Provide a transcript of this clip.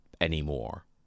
anymore